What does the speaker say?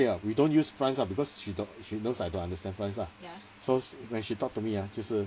okay ah we don't use france lah because she knows I don't understand france lah so when she talk to me ah 就是